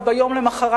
אבל ביום למחרת,